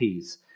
Ps